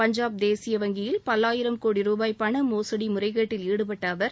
பஞ்சாப் தேசிய வங்கியில் பல்லாயிரம் கோடி ருபாய் பணமோசடி முறைகேட்டில் ஈடுபட்ட அவர்